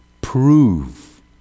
Prove